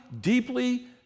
deeply